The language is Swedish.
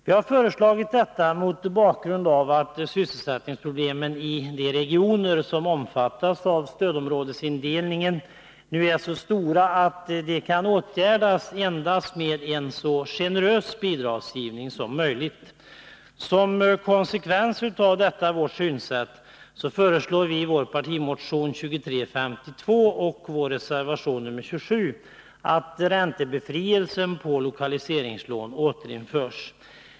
Vi har föreslagit detta mot bakgrund av att sysselsättningsproblemen i de regioner som omfattas av stödområdesindelningen nu är så stora att de kan åtgärdas endast med en så generös bidragsgivning som möjligt. Som en konsekvens av detta vårt synsätt föreslår vi i vår partimotion 2352 och vår reservation nr 27 att räntebefrielse för lokaliseringslån återinförs.